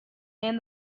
and